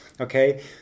Okay